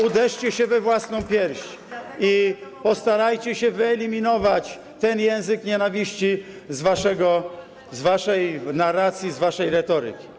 Uderzcie się we własną pierś i postarajcie się wyeliminować ten język nienawiści z waszej narracji, z waszej retoryki.